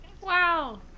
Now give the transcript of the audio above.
Wow